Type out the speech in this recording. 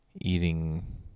eating